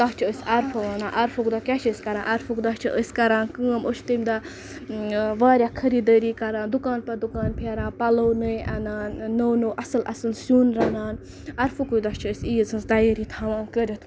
تَتھ چھِ أسۍ عرفہٕ وَنان عرفُک دۄہ کیٛاہ چھِ أسۍ کَران عرفُک دۄہ چھِ أسۍ کَران کٲم أسۍ چھِ تمہِ دۄہ واریاہ خٔریٖدٲری کَران دُکان پَتہٕ دُکان پھیران پَلو نٔے اَنان نو نو اَصٕل اَصٕل سیُن رَنان عرفُکُے دۄہ چھِ أسۍ عیٖذ ہِنٛز تیٲری تھاوان کٔرِتھ